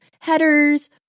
headers